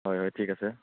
হয় হয় ঠিক আছে